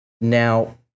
Now